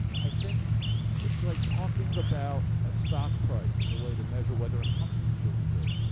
i think it's like talking about a stock price as a way to measure whether a company is doing good.